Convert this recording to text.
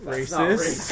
Racist